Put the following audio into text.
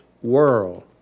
world